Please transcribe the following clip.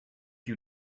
you